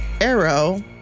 arrow